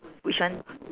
which one